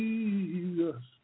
Jesus